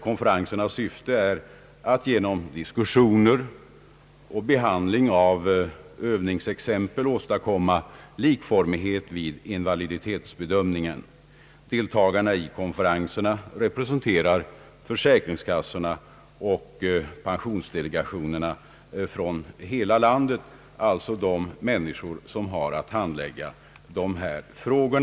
Konferensernas syfte är att genom diskussioner och behandling av övningsexempel åstadkomma likformighet vid invaliditetsbedömningen. Deltagarna i konferenserna kommer från försäkringskassorna och pensionsdelegationerna i hela landet och representerar alltså de människor som kommer att handlägga dessa frågor.